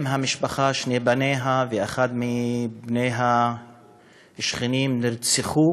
אם המשפחה, שני בניה ואחד מבני השכנים נרצחו